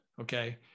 okay